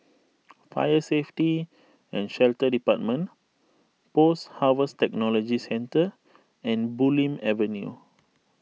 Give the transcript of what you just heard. Fire Safety and Shelter Department Post Harvest Technology Centre and Bulim Avenue